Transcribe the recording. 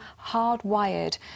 hardwired